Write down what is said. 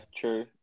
true